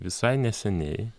visai neseniai